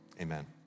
amen